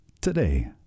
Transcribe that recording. today